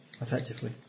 Effectively